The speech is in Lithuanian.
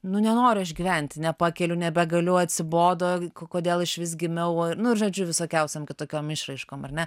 nu nenoriu aš gyventi nepakeliu nebegaliu atsibodo kodėl išvis gimiau nu ir žodžiu visokiausiom kitokiom išraiškom ar ne